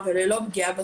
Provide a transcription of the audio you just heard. ולהערכתי הפגיעה,